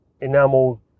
enamel